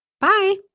Bye